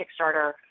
Kickstarter –